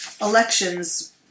elections